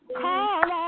call